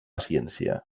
ciència